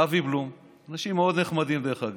אבי בלום, אנשים מאוד נחמדים, דרך אגב.